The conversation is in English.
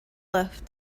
left